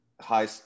high